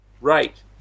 Right